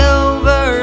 over